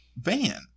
van